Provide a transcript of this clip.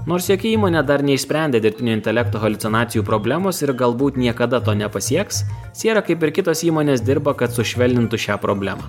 nors jokia įmonė dar neišsprendė dirbtinio intelekto haliucinacijų problemos ir galbūt niekada to nepasieks sierra kaip ir kitos įmonės dirba kad sušvelnintų šią problemą